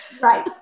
Right